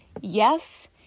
Yes